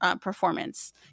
performance